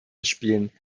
spielen